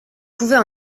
pouvais